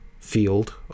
field